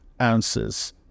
ounces